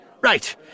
Right